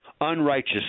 unrighteous